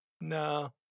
No